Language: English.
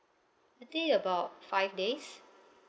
I think about five days